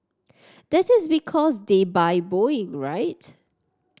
that is because they buy Boeing right